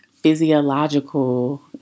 physiological